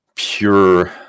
pure